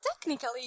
technically